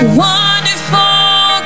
wonderful